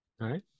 right